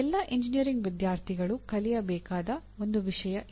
ಎಲ್ಲಾ ಎಂಜಿನಿಯರಿಂಗ್ ವಿದ್ಯಾರ್ಥಿಗಳು ಕಲಿಯಬೇಕಾದ ಒಂದು ವಿಷಯ ಇದು